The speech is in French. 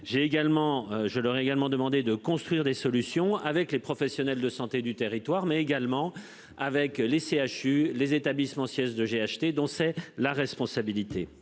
je leur est également demandé de construire des solutions avec les professionnels de santé du territoire, mais également avec les CHU les établissements siège de j'ai acheté, dont c'est la responsabilité.